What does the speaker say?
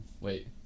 Wait